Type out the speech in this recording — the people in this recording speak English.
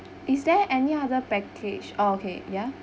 is there any other package oh okay yeah